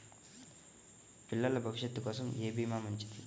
పిల్లల భవిష్యత్ కోసం ఏ భీమా మంచిది?